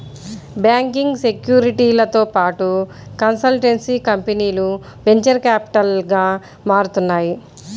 banking, సెక్యూరిటీలతో పాటు consultancy కంపెనీలు వెంచర్ క్యాపిటల్గా మారుతున్నాయి